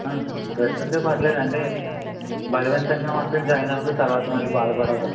interest ఉంటే పర్లేదు అంటే బలవంతంగా మాత్రం జాయిన్ అవ్వకు తర్వాత మళ్ళీ బాధపడాల్సి వస్తుంది